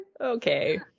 Okay